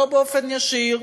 לא באופן ישיר,